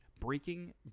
Breaking